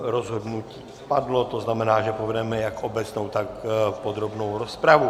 Rozhodnutí padlo, to znamená, že povedeme jak obecnou, tak podrobnou rozpravu.